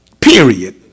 period